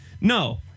no